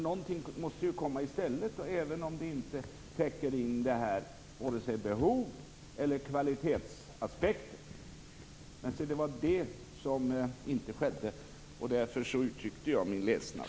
Någonting måste väl komma i stället, även om det inte täcker vare sig behovet eller kvalitetsaspekterna. Men det skedde inte, och därför uttryckte jag min ledsnad.